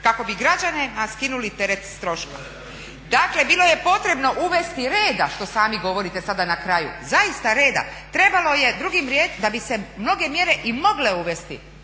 kako bi građanima skinuli teret troška. Dakle, bilo je potrebno uvesti reda što sami govorite sada na kraju, zaista reda. Trebalo je drugim riječima, da bi se mnoge mjere i mogle uvesti